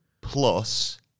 Plus